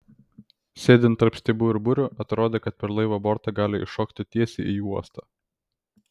sėdint tarp stiebų ir burių atrodė kad per laivo bortą gali iššokti tiesiai į uostą